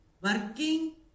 working